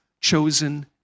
chosen